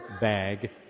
bag